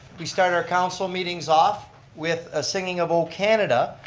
we start our council meetings off with a singing of o canada.